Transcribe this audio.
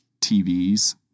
TVs